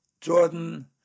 Jordan